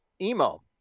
Emo